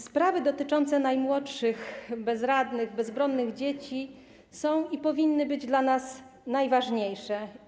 Sprawy dotyczące najmłodszych, bezradnych, bezbronnych dzieci są i powinny być dla nas najważniejsze.